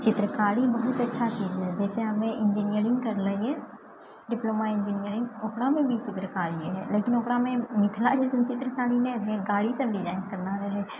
चित्रकारी बहुत अच्छा चीज हइ जैसे हमे इन्जीनियरिंग करलियइ डिप्लोमा इन्जीनियरिंग ओकरोमे भी चित्रकारी हइ लेकिन ओकरामे मिथिला जैसन चित्रकारी नहि रहय गाड़ी सब डिजाइन करना रहय